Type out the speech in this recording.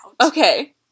Okay